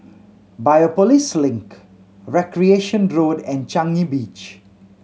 Biopolis Link Recreation Road and Changi Beach